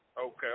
Okay